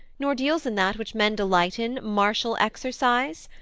nor deals in that which men delight in, martial exercise?